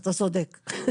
אתה צודק.